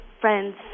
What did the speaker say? friends